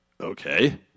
okay